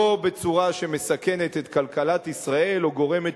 לא בצורה שמסכנת את כלכלת ישראל או גורמת